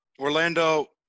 Orlando